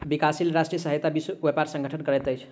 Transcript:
विकासशील राष्ट्रक सहायता विश्व व्यापार संगठन करैत अछि